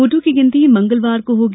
वोटों की गिनती मंगलवार को होगी